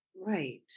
Right